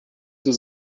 was